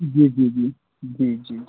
जी जी जी जी जी जी